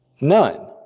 None